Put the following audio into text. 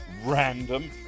random